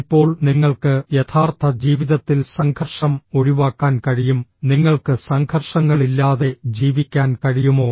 ഇപ്പോൾ നിങ്ങൾക്ക് യഥാർത്ഥ ജീവിതത്തിൽ സംഘർഷം ഒഴിവാക്കാൻ കഴിയും നിങ്ങൾക്ക് സംഘർഷങ്ങളില്ലാതെ ജീവിക്കാൻ കഴിയുമോ